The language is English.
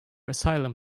asylum